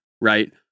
right